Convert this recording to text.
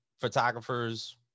photographers